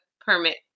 permit